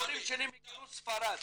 ההורים שלי מגירוש ספרד,